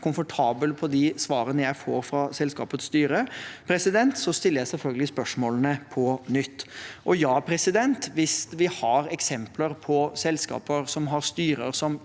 komfortabel med de svarene jeg får fra selskapets styre, stiller jeg selvfølgelig spørsmålene på nytt. Hvis vi har eksempler på selskaper som har styrer som